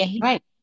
Right